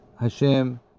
Hashem